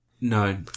No